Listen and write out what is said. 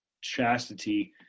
chastity